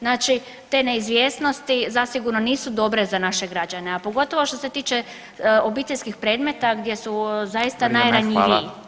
Znači te neizvjesnosti zasigurno nisu dobre za naše građane, a pogotovo što se tiče obiteljskih predmeta gdje su zaista [[Upadica: Vrijeme, hvala.]] najranjiviji